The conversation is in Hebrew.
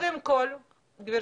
יש לי שאלה: קודם כול, גברתי,